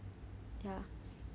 ya